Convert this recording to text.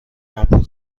آمپول